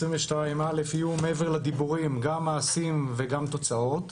אלף יהיו מעבר לדיבורים גם מעשים וגם תוצאות,